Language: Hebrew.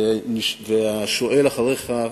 והשואל אחריך,